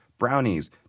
Brownies